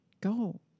go